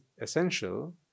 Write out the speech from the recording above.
essential